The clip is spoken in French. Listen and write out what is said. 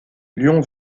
lyon